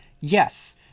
Yes